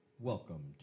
Welcome